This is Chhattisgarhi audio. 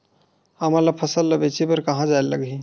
हमन ला फसल ला बेचे बर कहां जाये ला लगही?